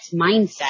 mindset